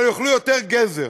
אבל יאכלו יותר גזר.